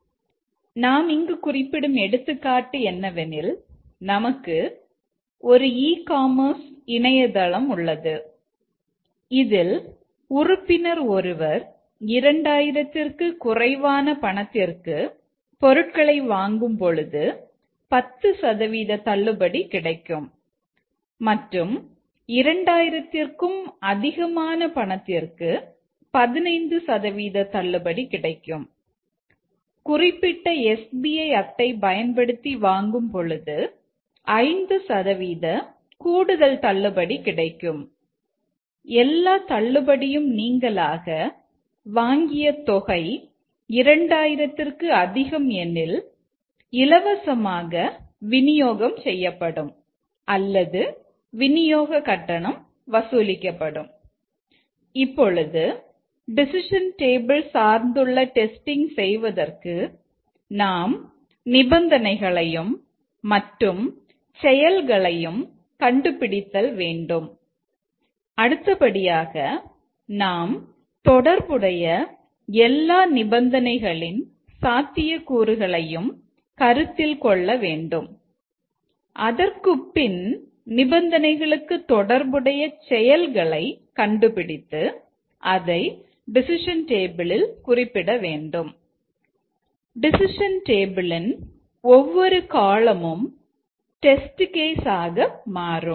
ஆகவே நாம் இங்கு குறிப்பிடும் எடுத்துக்காட்டு என்னவெனில் நமக்கு ஒரு இ காமர்ஸ் ஆக மாறும்